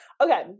okay